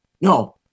No